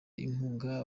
inkunga